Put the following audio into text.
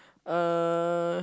uh